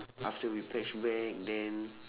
after we patch back then